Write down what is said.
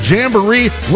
Jamboree